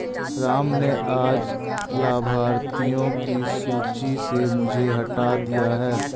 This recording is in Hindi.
राम ने आज लाभार्थियों की सूची से मुझे हटा दिया है